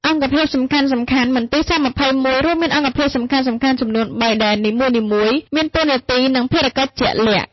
អង្គភាពសំខាន់ៗ មន្ទីរ ស-២១ រួមមានអង្គភាពសំខាន់ៗចំនួនបី ដែលនីមួយៗមានតួនាទី និងភារកិច្ចជាក់លាក់។